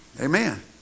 Amen